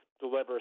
deliver